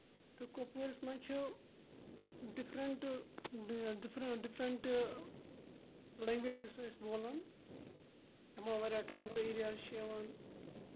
تہٕ کۄپوٲرِس منٛز چھُ ڈِفرَنٹ ڈِفرَن ڈِفرَنٹ لنٛگویجِز أسۍ بولان یِمو واریاہ ٹرٛایبٕل ایریاز چھِ یِوان